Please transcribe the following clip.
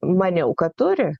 maniau kad turi